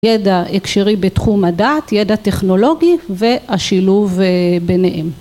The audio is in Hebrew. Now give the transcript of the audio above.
ידע הקשרי בתחום הדת, ידע טכנולוגי והשילוב ביניהם.